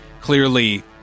clearly